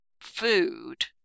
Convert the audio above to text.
food